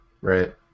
Right